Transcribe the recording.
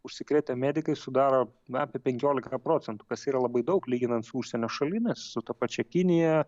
užsikrėtę medikai sudaro na apie penkioliką procentų kas yra labai daug lyginant su užsienio šalimis su ta pačia kinija